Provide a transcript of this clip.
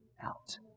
out